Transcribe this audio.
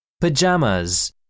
Pajamas